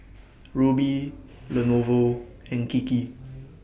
Rubi Lenovo and Kiki